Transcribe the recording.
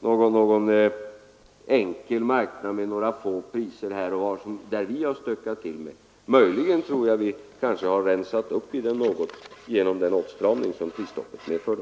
någon enkel marknad med några få priser. Möjligen tror jag att vi har rensat upp i den något genom den åtstramning som prisstoppet medförde.